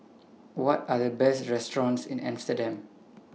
What Are The Best restaurants in Amsterdam